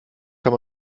kann